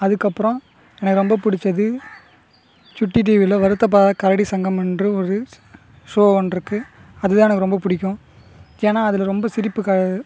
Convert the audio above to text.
அதுக்கப்புறம் எனக்கு ரொம்ப பிடுச்சது சுட்டி டிவியில் வருத்தப்படாத கபடி சங்கம் என்று ஒரு ஸ் ஷோ ஒன்றுக்கு அதுதான் எனக்கு ரொம்ப பிடிக்கும் ஏன்னா அதில் ரொம்ப சிரிப்பு க